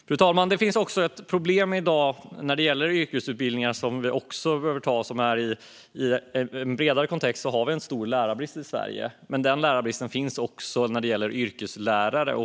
Fru talman! Det finns ett annat problem i dag när det gäller yrkesutbildningar som vi också behöver ta upp. I en bredare kontext har vi en stor lärarbrist i Sverige, men den lärarbristen finns också när det gäller yrkeslärare.